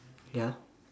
ya